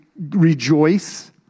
rejoice